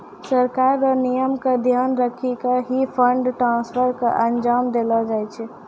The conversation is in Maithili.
सरकार र नियम क ध्यान रखी क ही फंड ट्रांसफर क अंजाम देलो जाय छै